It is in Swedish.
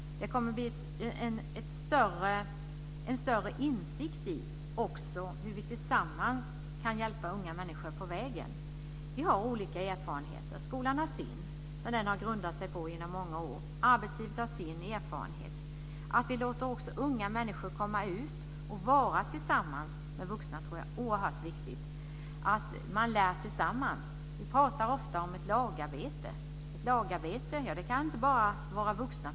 Vi kommer också att få en större insikt i hur vi tillsammans kan hjälpa unga människor på vägen. Vi har olika erfarenheter. Skolan har sin, som den har stött sig på under många år. Arbetslivet har sin erfarenhet. Att vi låter unga människor komma ut och vara tillsammans med vuxna tror jag är oerhört viktigt - att man lär tillsammans. Vi pratar ofta om lagarbete. Lagarbete behöver inte bara gälla vuxna.